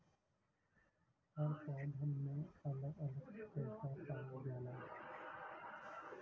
हर पौधन में अलग अलग रेसा पावल जाला